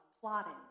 plotting